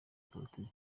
politiki